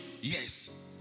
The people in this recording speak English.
Yes